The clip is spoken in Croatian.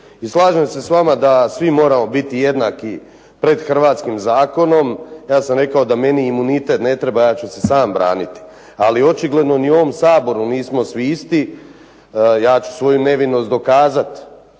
slažem se s vama da svi moramo biti jednaki pred hrvatskim zakonom. Ja sam rekao da meni imunitet ne treba, ja ću se sam braniti. Ali očigledno ni u ovom Saboru nisu svi isti. Ja ću svoju nevinost dokazati.